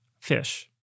Fish